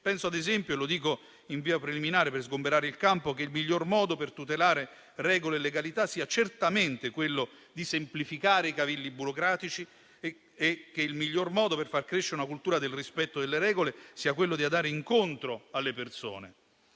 Penso ad esempio - e lo dico in via preliminare, per sgomberare il campo - che il miglior modo per tutelare regole e legalità sia certamente quello di semplificare i cavilli burocratici e che il miglior modo per far crescere una cultura del rispetto delle regole sia quello di andare incontro alle persone.